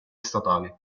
statali